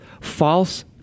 false